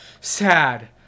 sad